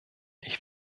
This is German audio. ich